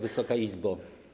Wysoka Izbo!